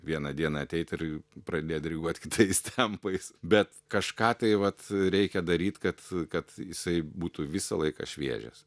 vieną dieną ateit ir pradėt diriguot kitais tempais bet kažką tai vat reikia daryt kad kad jisai būtų visą laiką šviežias